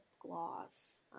gloss